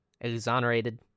exonerated